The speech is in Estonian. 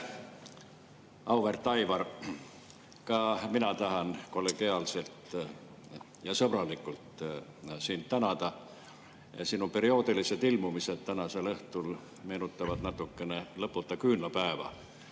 Auväärt Aivar! Ka mina tahan kollegiaalselt ja sõbralikult sind tänada. Sinu perioodilised ilmumised tänasel õhtul meenutavad natukene "Lõputut küünlapäeva".